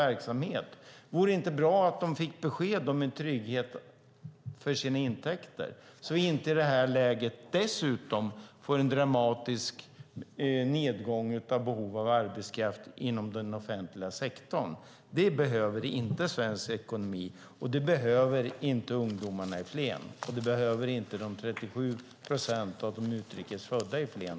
Vore det inte bra att de fick besked om en trygghet för sina intäkter så att vi inte i det här läget dessutom får en dramatisk nedgång av behovet av arbetskraft inom den offentliga sektorn så att de behöver dra ned på sin verksamhet och sparka folk? Det behöver inte svensk ekonomi, det behöver inte ungdomarna i Flen och det behöver inte heller de 37 procent utrikes födda i Flen.